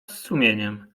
strumieniem